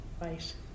Right